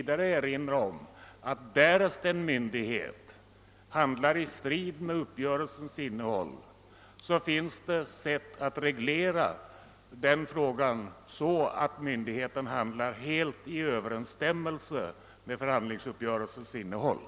Därest en myndighet handlar i strid mot förhandlingsuppgörelsens innehåll, finns det sätt att rätta till detta så att myndigheten i fortsättningen handlar helt i överensstämmelse därmed.